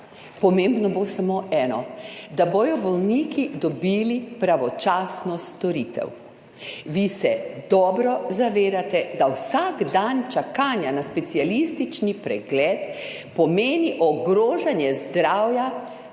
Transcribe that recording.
Pomembno bo samo eno, da bodo bolniki dobili pravočasno storitev. Vi se dobro zavedate, da vsak dan čakanja na specialistični pregled pomeni ogrožanje zdravja